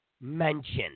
mention